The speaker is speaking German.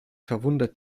verwundert